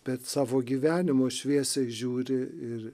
bet savo gyvenimo šviesiai žiūri ir